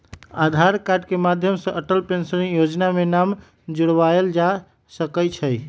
आधार card के माध्यम से अटल पेंशन जोजना में नाम जोरबायल जा सकइ छै